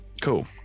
Cool